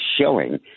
showing